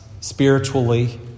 spiritually